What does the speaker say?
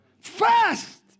fast